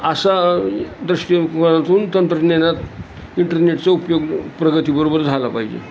अशा दृष्टीकोणातून तंत्रज्ञानात इंटरनेटचा उपयोग प्रगतीबरोबर झाला पाहिजे